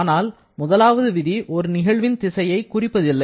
ஆனால் முதலாவது விதி ஒரு நிகழ்வின் திசையை குறிப்பதில்லை